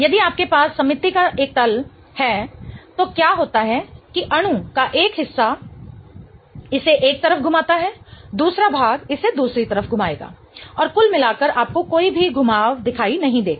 यदि आपके पास सममिति का एक तल है तो क्या होता है कि अणु का एक हिस्सा इसे एक तरफ घुमाता है दूसरा भाग इसे दूसरी तरफ घुमाएगा और कुल मिलाकर आपको कोई भी घुमाव दिखाई नहीं देगा